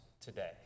today